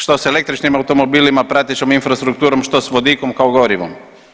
Što s električnim automobilima, pratećom infrastrukturom, što s vodikom kao gorivom?